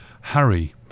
Harry